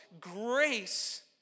grace